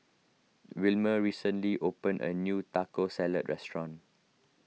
Wilmer recently opened a new Taco Salad restaurant